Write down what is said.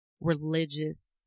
religious